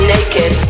Naked